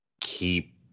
keep